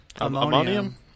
Ammonium